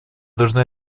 должны